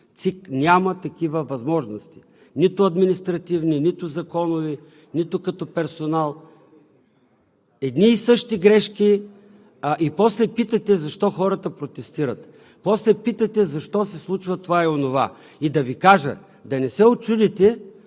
няма такива възможности нито административни, нито законови, нито като персонал. Едни и същи грешки и после питате защо хората протестират. После питате защо се случва това и онова. И да Ви кажа: да не се учудите,